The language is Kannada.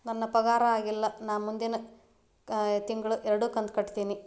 ನನ್ನ ಪಗಾರ ಆಗಿಲ್ಲ ನಾ ಮುಂದಿನ ತಿಂಗಳ ಎರಡು ಕಂತ್ ಕಟ್ಟತೇನಿ